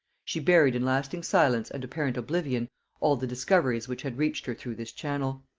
she buried in lasting silence and apparent oblivion all the discoveries which had reached her through this channel.